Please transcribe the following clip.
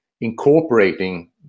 incorporating